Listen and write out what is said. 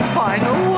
final